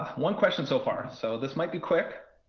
one question so far. and so this might be quick.